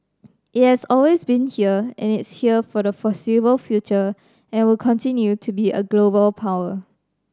it has always been here and it's here for the foreseeable future and will continue to be a global power